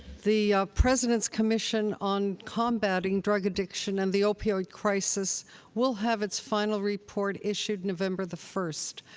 the president's commission on combating drug addiction and the opioid crisis will have its final report issued november the first,